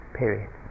period